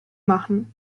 machen